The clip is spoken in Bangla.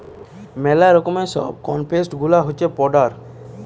মেলা রকমের সব কনসেপ্ট গুলা হয় পড়ার